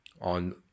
on